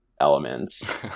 elements